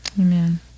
Amen